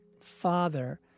father